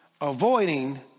Avoiding